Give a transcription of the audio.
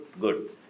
good